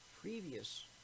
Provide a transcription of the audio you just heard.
Previous